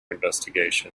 investigation